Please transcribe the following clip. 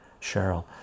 Cheryl